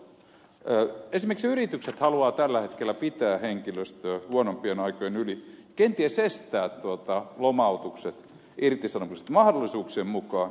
esimerkiksi yritykset haluavat tällä hetkellä pitää henkilöstöä huonompien aikojen yli kenties estää lomautukset irtisanomiset mahdollisuuksien mukaan